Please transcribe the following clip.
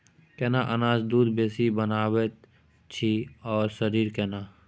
केना अनाज दूध बेसी बनबैत अछि आ शरीर केना?